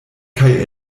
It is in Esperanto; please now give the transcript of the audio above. kaj